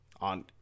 On